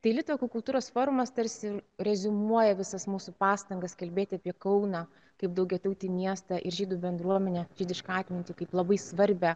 tai litvakų kultūros formos tarsi reziumuoja visas mūsų pastangas kalbėti apie kauną kaip daugiatautį miestą ir žydų bendruomenę žydišką atmintį kaip labai svarbią